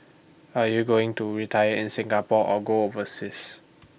are you going to retire in Singapore or go overseas